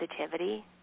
positivity